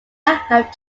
have